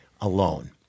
alone